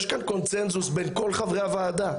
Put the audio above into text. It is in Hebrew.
יש כאן קונצנזוס בין כל חברי הוועדה,